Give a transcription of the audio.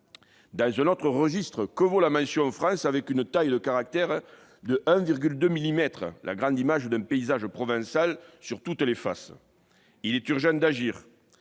Dans un autre registre, que vaut la mention France avec une taille de caractère de 1,2 millimètre, la grande image d'un paysage provençal sur toutes les faces ? Il est urgent d'agir.